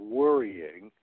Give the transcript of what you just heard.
worrying